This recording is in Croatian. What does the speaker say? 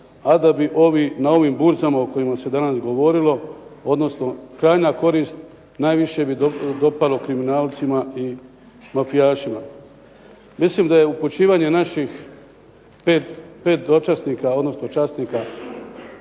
a da bi ovi na ovim burzama o kojima se danas govorilo, odnosno krajnja korist najviše bi dopalo kriminalcima i mafijašima. Mislim da je upućivanje naših 5 dočasnika, odnosno časnika